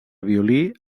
violí